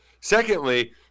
Secondly